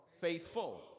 faithful